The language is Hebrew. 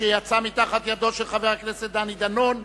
שיצאה מתחת ידו של חבר הכנסת דני דנון,